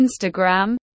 Instagram